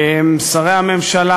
שרי הממשלה,